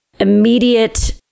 immediate